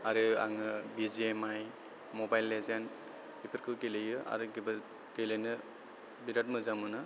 आरो आङो B G M I mobile legend बेफोरखौ गेलेयो आरो गेलेनो बिराद मोजां मोनो